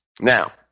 Now